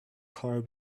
car